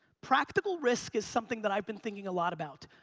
practical risk is something that i've been thinking a lot about.